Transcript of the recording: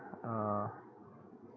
err